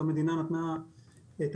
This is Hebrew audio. והמדינה נתנה תקציב,